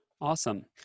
awesome